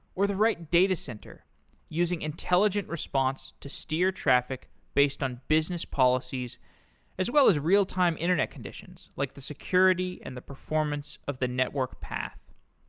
or the right datacenter using intelligent response to steer traffic based on business policies as well as real time internet conditions, like the security and the performance of the network path.